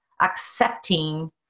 accepting